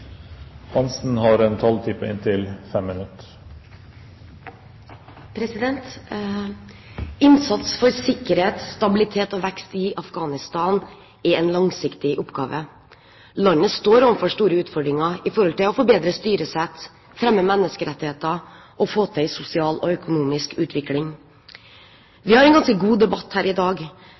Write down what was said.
en langsiktig oppgave. Landet står overfor store utfordringer i forhold til å forbedre styresett, fremme menneskerettigheter og få til en sosial og økonomisk utvikling. Vi har en ganske god debatt her i dag,